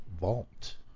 Vault